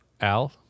Al